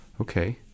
Okay